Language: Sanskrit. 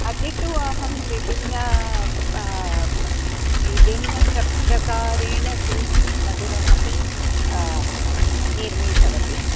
अति तु अहं विभिन्न विभिन्न प्रकारेण किञ्चित् मधुरमपि निर्मितवती